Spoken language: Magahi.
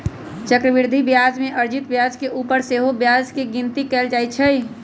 चक्रवृद्धि ब्याज में अर्जित ब्याज के ऊपर सेहो ब्याज के गिनति कएल जाइ छइ